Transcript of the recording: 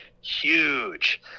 huge